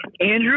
Andrew